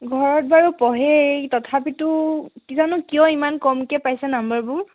ঘৰত বাৰু পঢ়ে এই তথাপিতো কিজানো কিয় ইমান কমকৈ পাইছে নাম্বাৰবোৰ